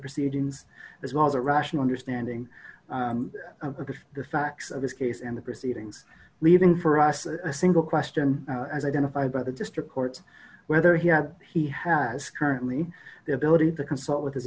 proceedings as well as a rational understanding of the facts of this case and the proceedings leaving for us with a single question as identified by the district court whether he had he has currently the ability to consult with his